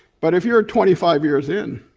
but if you're twenty five years in,